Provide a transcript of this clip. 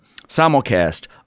Simulcast